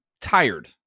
tired